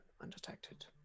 undetected